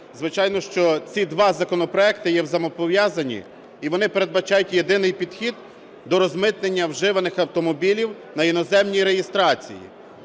Звичайно, що ці два законопроекти є взаємопов'язані і вони передбачають єдиний підхід до розмитнення вживаних автомобілів на іноземній реєстрації.